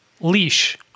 leash